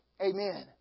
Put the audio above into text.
Amen